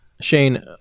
Shane